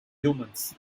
humans